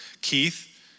Keith